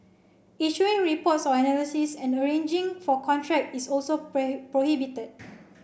issuing reports or analysis and arranging for contract is also prohibited